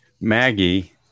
maggie